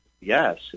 yes